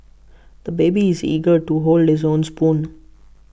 the baby is eager to hold his own spoon